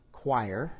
choir